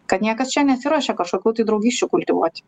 kad niekas čia nesiruošia kažkokių tai draugysčių kultivuoti